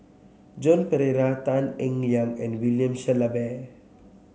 Joan Pereira Tan Eng Liang and William Shellabear